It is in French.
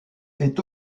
est